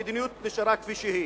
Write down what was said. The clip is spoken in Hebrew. המדיניות נשארה כפי שהיא.